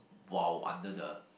while under the